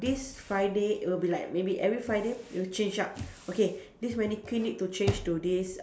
this Friday will be like maybe every Friday we'll change up okay this mannequin need to change to this